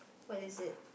what is it